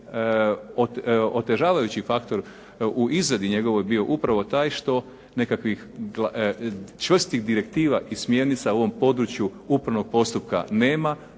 otežavajući faktor u izradi njegovoj bio upravo taj što nekakvih čvrstih direktiva i smjernica u ovom području upravnog postupka nema,